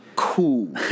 Cool